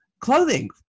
Clothing